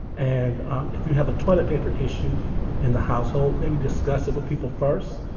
and um if you have a toilet paper issue in the household, maybe discuss it with people first.